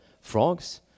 Frogs